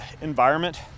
environment